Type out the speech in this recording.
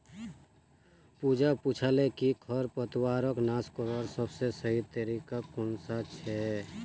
पूजा पूछाले कि खरपतवारक नाश करवार सबसे सही तरीका कौन सा छे